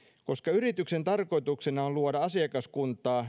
koska yrityksen tarkoituksena on luoda asiakaskuntaa